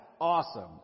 awesome